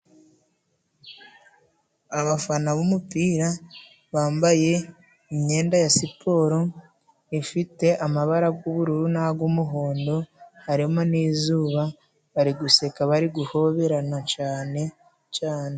Abafana b'umupira bambaye imyenda ya siporo ifite amabara yubururu nagumuhondo harimo n'izuba bari guseka bari guhoberana cane cane.